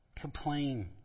Complain